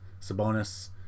Sabonis